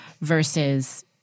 versus